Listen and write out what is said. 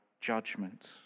judgment